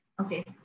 Okay